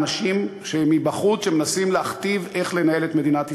אל תיתנו יד לאנשים מבחוץ שמנסים להכתיב איך לנהל את מדינת ישראל,